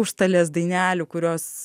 užstalės dainelių kurios